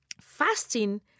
fasting